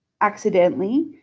accidentally